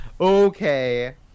Okay